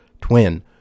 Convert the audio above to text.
twin